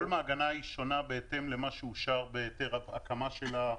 כל מעגנה היה שונה בהתאם למה שאושר בהיתר ההקמה שלה,